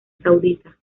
saudita